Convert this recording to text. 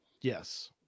Yes